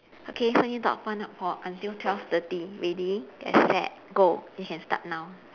okay so you need to talk one for until twelve thirty ready get set go you can start now